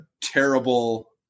terrible